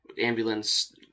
Ambulance